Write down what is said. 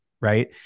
right